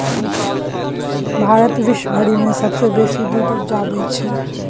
भारत विश्वभरि मे सबसँ बेसी दूध उपजाबै छै